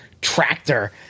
tractor